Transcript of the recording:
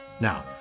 Now